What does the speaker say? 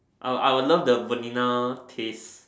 I would I would love the Vanilla taste